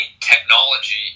technology